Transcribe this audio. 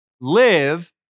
Live